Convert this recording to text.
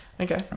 Okay